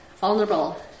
vulnerable